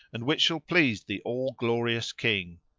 and which shall please the all-glorious king.